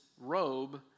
robe